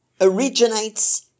originates